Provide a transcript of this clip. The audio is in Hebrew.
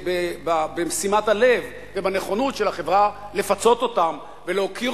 בשימת הלב ובנכונות של החברה לפצות אותם ולהוקיר